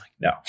No